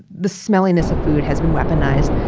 the smelliness of food has been weaponized,